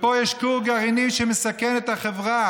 ופה יש כור גרעיני שמסכן את החברה.